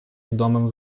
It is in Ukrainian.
відомим